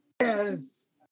Yes